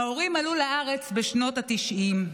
ההורים עלו לארץ בשנות התשעים.